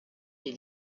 des